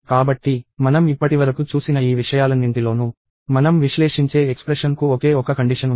కాబట్టి మనం ఇప్పటివరకు చూసిన ఈ విషయాలన్నింటిలోనూ మనం విశ్లేషించే ఎక్స్ప్రెషన్ కు ఒకే ఒక కండిషన్ ఉంది